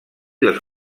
les